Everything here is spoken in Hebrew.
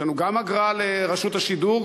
יש לנו גם אגרה לרשות השידור,